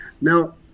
Now